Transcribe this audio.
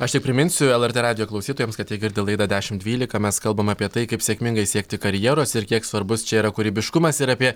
aš tik priminsiu lrt radijo klausytojams kad jie girdi laidą dešim dvylika mes kalbam apie tai kaip sėkmingai siekti karjeros ir kiek svarbus čia yra kūrybiškumas ir apie